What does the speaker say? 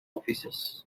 offices